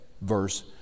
verse